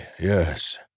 yes